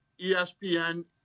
ESPN